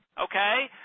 okay